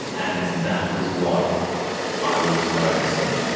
and that was what i was noticing.